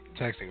texting